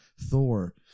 Thor